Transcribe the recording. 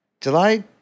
July